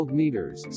meters